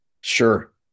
Sure